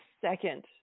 second